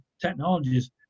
technologies